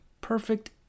Perfect